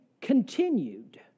continued